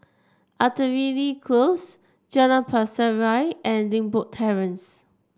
Artillery Close Jalan Pasir Ria and Limbok Terrace